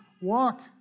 walk